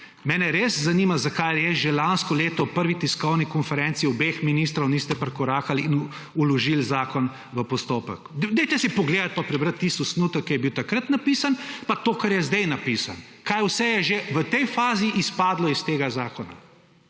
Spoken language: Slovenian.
Mene res zanima, zakaj že lansko leto ob prvi tiskovni konferenci obeh ministrov niste prikorakali in vložil zakon v postopek. Poglejte si, pa preberite tisti osnutek, ki je bil takrat napisan, pa to, kar je zdaj napisano, kaj vse je že v tej fazi izpadlo iz tega zakona